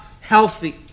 healthy